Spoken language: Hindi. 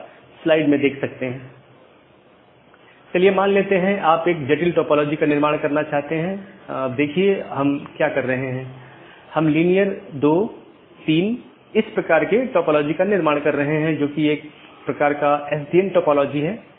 तो IBGP स्पीकर्स की तरह AS के भीतर पूर्ण मेष BGP सत्रों का मानना है कि एक ही AS में साथियों के बीच एक पूर्ण मेष BGP सत्र स्थापित किया गया है